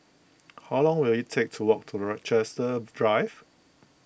how long will it take to walk to Rochester Drive